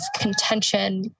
contention